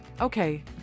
Okay